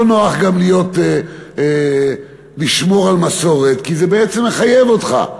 לא נוח לשמור על מסורת, כי זה בעצם מחייב אותך.